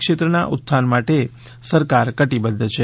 ક્ષેત્રના ઉત્થાન માટે સરકાર કટિબદ્ધ છે